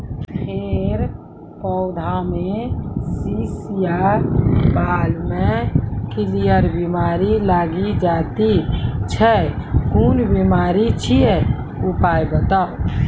फेर पौधामें शीश या बाल मे करियर बिमारी लागि जाति छै कून बिमारी छियै, उपाय बताऊ?